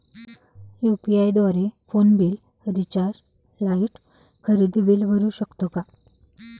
UPI द्वारे phone bill, recharge, light, खरेदी bill भरू शकतो का?